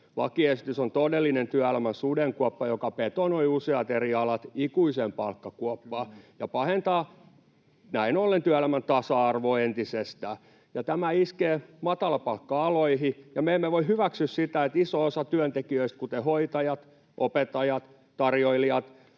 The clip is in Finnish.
Lakiesitys on todellinen työelämän sudenkuoppa, joka betonoi useat eri alat ikuiseen palkkakuoppaan ja pahentaa näin ollen työelämän tasa-arvoa entisestään. Tämä iskee matalapalkka-aloihin, ja me emme voi hyväksyä sitä, että iso osa työntekijöistä, kuten hoitajat, opettajat ja tarjoilijat,